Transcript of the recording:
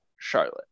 Charlotte